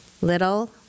little